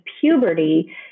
puberty